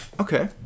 okay